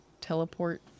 teleport